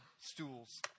stools